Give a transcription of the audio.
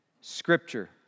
Scripture